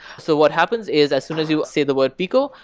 so what happens is as soon as you say the word peeqo,